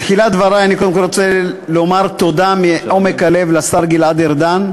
בתחילת דברי אני רוצה קודם כול לומר תודה מעומק הלב לשר גלעד ארדן,